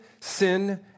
sin